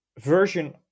version